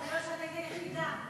מכיוון שאת היית היחידה,